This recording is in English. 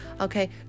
Okay